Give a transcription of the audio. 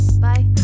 Bye